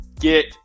get